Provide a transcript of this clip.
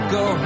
go